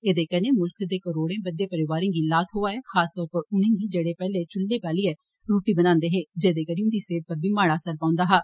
एह्दे कन्नै मुल्ख दे करोडे बद्दे परिवारें गी लाऽ थ्होआ ऐ खास तौर पर उनेंगी जेहड़े पैहले चुल्ले बालियै रुट्टी बनान्दे हे जेदे करी उन्दी सेहत पर बी माड़ा असर पौन्दा हा